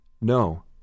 No